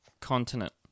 Continent